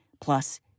plus